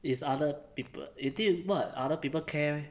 it's other people you think [what] other people care